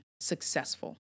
successful